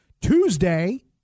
Tuesday